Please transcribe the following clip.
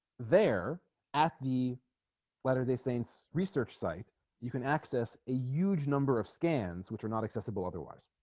there at the latter-day saints research site you can access a huge number of scans which are not accessible otherwise